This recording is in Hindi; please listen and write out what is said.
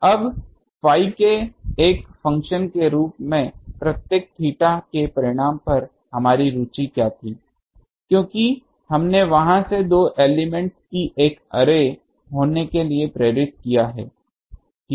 अब phi के एक फंक्शन के रूप में प्रत्येक थीटा के परिमाण पर हमारी रुचि क्या थी क्योंकि हमने वहां से दो एलिमेंट्स की एक अर्रे होने के लिए प्रेरित किया